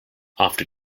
after